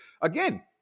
Again